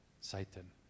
Satan